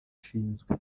ashinzwe